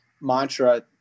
mantra